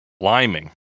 Liming